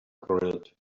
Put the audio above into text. grilled